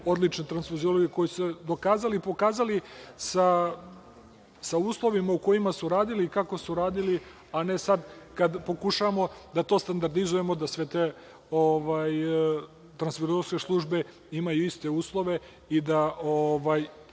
odlične transfuziologe koji su se dokazali i pokazali, sa uslovima u kojima su radili i kako su radili, a ne sad kad pokušavamo da to standardizujemo, da sve te transfuziološke službe imaju iste uslove i da